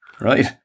right